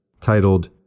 titled